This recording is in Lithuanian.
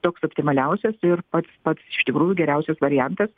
toks optimaliausias ir pats pats iš tikrųjų geriausias variantas